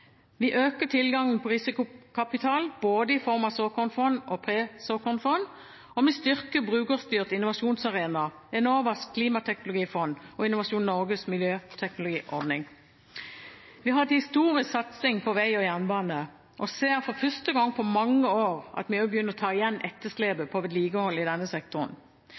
Vi øker tilgangen på risikokapital både i form av såkornfond og presåkornfond, og vi styrker Brukerstyrt innovasjonsarena, Enovas klimateknologifond og Innovasjon Norges miljøteknologiordning. Vi har en historisk satsing på vei og jernbane og ser for første gang på mange år at vi også begynner å ta igjen etterslepet på vedlikehold i denne sektoren.